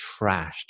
trashed